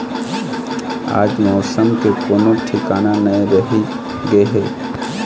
आज मउसम के कोनो ठिकाना नइ रहि गे हे